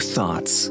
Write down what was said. Thoughts